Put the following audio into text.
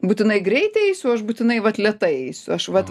būtinai greitai eisiu aš būtinai vat lėtai eisiu aš vat